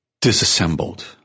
disassembled